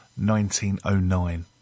1909